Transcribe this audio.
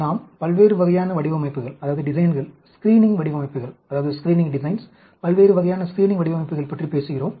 நாம் பல்வேறு வகையான வடிவமைப்புகள் ஸ்க்ரீனிங் வடிவமைப்புகள் பல்வேறு வகையான ஸ்க்ரீனிங் வடிவமைப்புகள் பற்றி பேசுகிறோம்